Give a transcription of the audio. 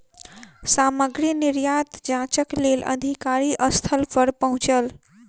सामग्री निर्यात जांचक लेल अधिकारी स्थल पर पहुँचल